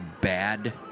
bad